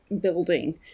building